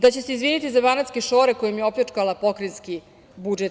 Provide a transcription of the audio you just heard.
Da će se izviniti za banatske šore kojim je opljačkala pokrajinski budžet.